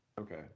Okay